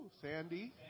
Sandy